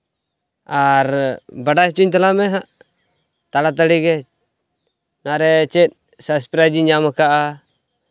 ᱟᱨ ᱵᱟᱰᱟᱭ ᱦᱚᱪᱚᱧ ᱢᱮ ᱦᱟᱸᱜ ᱛᱟᱲᱟ ᱛᱟᱹᱲᱤᱜᱮ ᱱᱚᱣᱟᱨᱮ ᱪᱮᱫ ᱥᱟᱨᱯᱨᱟᱭᱤᱡᱽ ᱤᱧ ᱧᱟᱢ ᱠᱟᱜᱼᱟ